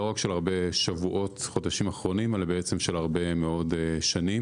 לא רק של הרבה שבועות וחודשים אחרונים אלא של הרבה מאוד שנים.